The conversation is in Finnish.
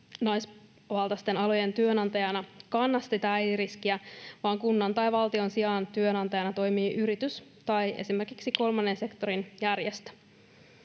naisvaltaisten alojen työnantajana kanna sitä äitiriskiä, vaan kunnan tai valtion sijaan työnantajana toimii yritys tai esimerkiksi kolmannen sektorin järjestö.